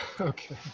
Okay